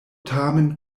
tamen